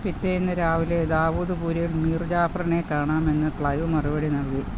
പിറ്റേന്ന് രാവിലെ ദാവുദ്പൂരിൽ മീർ ജാഫറിനെ കാണാമെന്ന് ക്ലൈവ് മറുപടി നൽകി